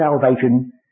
salvation